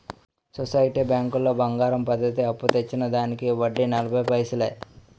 society బ్యాంకులో బంగారం పద్ధతి అప్పు తెచ్చిన దానికి వడ్డీ ఎనభై పైసలే